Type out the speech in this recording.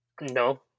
No